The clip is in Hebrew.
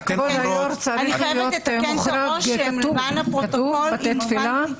כבוד היו"ר, כתוב שבתי תפילה מוחרגים בחוק הזה?